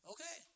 Okay